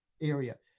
area